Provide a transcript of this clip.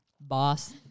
Boss